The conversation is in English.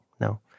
no